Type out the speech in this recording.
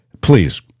please